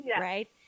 right